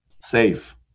Safe